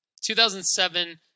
2007